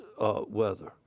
weather